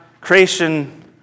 creation